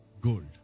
Gold